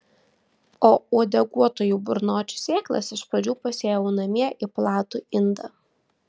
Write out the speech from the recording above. o uodeguotųjų burnočių sėklas iš pradžių pasėjau namie į platų indą